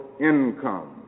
income